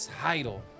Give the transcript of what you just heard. title